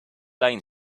line